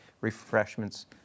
refreshments